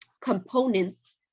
Components